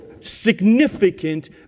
significant